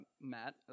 Matt